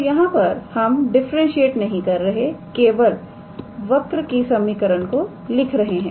तो यहां पर हम डिफरेंटशिएट नहीं कर रहे केवल वक्र की समीकरण को लिख रहे हैं